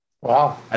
Wow